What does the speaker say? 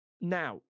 Now